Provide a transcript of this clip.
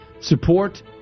Support